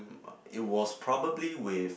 it was probably with